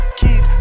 keys